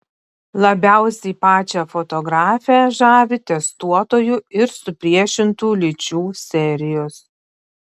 labiausiai pačią fotografę žavi testuotojų ir supriešintų lyčių serijos